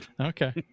Okay